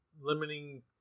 limiting